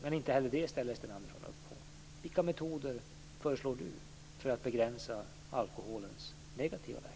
Men inte heller det ställer